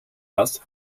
das